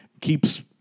keeps